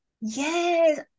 Yes